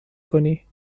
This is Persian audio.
کنی